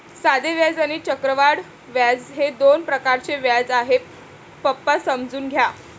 साधे व्याज आणि चक्रवाढ व्याज हे दोन प्रकारचे व्याज आहे, पप्पा समजून घ्या